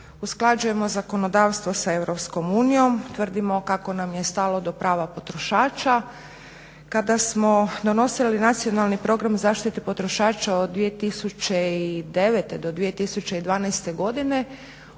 usklađujemo zakonodavstvo sa EU, tvrdimo kako nam je stalo do prava potrošača. Kada smo donosili nacionalni program zaštite potrošača od 2009.2012.godine